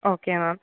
okay ma'am